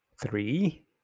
Three